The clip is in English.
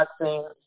boxing